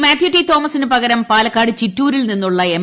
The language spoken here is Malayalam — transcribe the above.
മാത്യു ടി തോമസിനു പകരം പാലക്കാട് ചിറ്റൂരിൽ നിന്നുള്ള എം